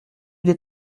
des